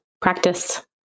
practice